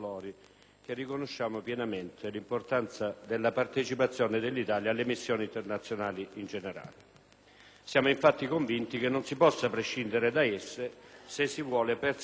Siamo infatti convinti che non si possa prescindere da esse se si vuole perseguire una politica concreta di cooperazione in materia di affari esteri, difesa e, più in generale, di sicurezza per il nostro Paese.